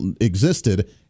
existed